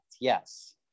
Yes